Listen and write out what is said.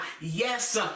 yes